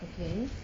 okay